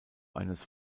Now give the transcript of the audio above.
eines